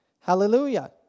Hallelujah